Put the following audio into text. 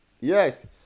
Yes